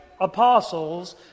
apostles